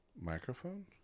Microphone